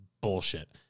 bullshit